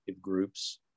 groups